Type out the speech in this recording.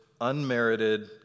unmerited